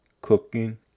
cooking